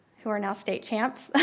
who are now state champs. i